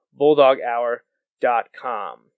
BulldogHour.com